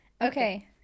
Okay